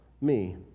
me